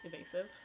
evasive